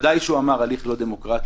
ודאי שהוא אמר "הליך לא דמוקרטי".